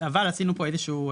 אבל עשינו פה איזשהו,